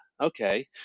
okay